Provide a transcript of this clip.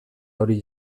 hori